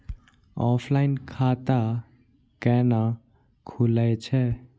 Offline खाता कैना खुलै छै?